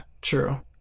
True